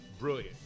brilliant